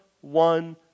one